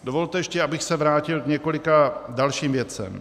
Dovolte ještě, abych se vrátil k několika dalším věcem.